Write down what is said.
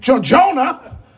Jonah